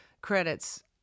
credits